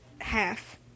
half